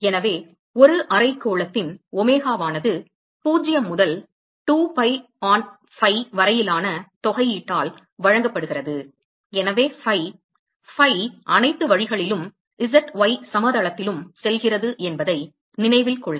எனவே ஒரு அரைக்கோளத்தின் ஒமேகா ஆனது 0 முதல் 2 பை ஆன் ஃபை வரையிலான தொகையீட்டால் வழங்கப்படுகிறது எனவே ஃபை ஃபை அனைத்து வழிகளிலும் z y சமதளத்திலும் செல்கிறது என்பதை நினைவில் கொள்க